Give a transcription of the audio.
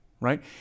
right